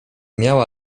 miała